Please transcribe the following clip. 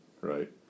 Right